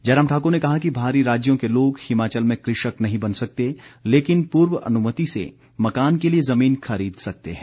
जयराम ठाकुर ने कहा कि बाहरी राज्यों के लोग हिमाचल में कृषक नहीं बन सकते लेकिन पूर्व अनुमति से मकान के लिए जमीन खरीद सकते हैं